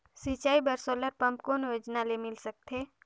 सिंचाई बर solar pump कौन योजना ले मिल सकथे?